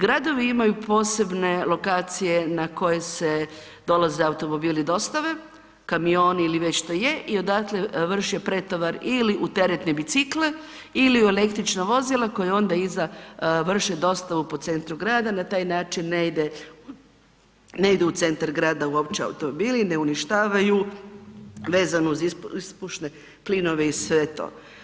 Gradovi imaju posebne lokacije na koje se dolaze automobili dostave, kamioni ili već što je i odatle vrše pretovar ili u teretne bicikle ili u električna vozila koja onda iza vrše dostavu po centru grada, na taj način ne idu u centar grada uopće automobili, ne uništavaju vezano uz ispušne plinove i sve to.